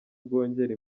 bwongera